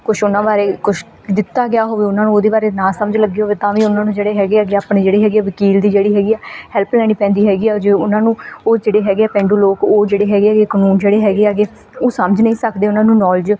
ਕੁਛ ਉਹਨਾਂ ਬਾਰੇ ਕੁਛ ਦਿੱਤਾ ਗਿਆ ਹੋਵੇ ਉਹਨਾਂ ਨੂੰ ਉਹਦੇ ਬਾਰੇ ਨਾ ਸਮਝ ਲੱਗੇ ਹੋਵੇ ਤਾਂ ਵੀ ਉਹਨਾਂ ਨੂੰ ਜਿਹੜੇ ਹੈਗੇ ਐਗੇ ਆਪਣੇ ਜਿਹੜੇ ਹੈਗੇ ਵਕੀਲ ਦੀ ਜਿਹੜੀ ਹੈਗੀ ਆ ਹੈਲਪ ਲੈਣੀ ਪੈਂਦੀ ਹੈਗੀ ਆ ਜੇ ਉਹਨਾਂ ਨੂੰ ਉਹ ਜਿਹੜੇ ਹੈਗੇ ਪੈਂਡੂ ਲੋਕ ਉਹ ਜਿਹੜੇ ਹੈਗੇ ਐਗੇ ਕਾਨੂੰਨ ਜਿਹੜੇ ਹੈਗੇ ਐਗੇ ਉਹ ਸਮਝ ਨਹੀਂ ਸਕਦੇ ਉਹਨਾਂ ਨੂੰ ਨੌਲੇਜ